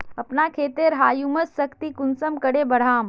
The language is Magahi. अपना खेतेर ह्यूमस शक्ति कुंसम करे बढ़ाम?